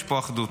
יש פה אחדות.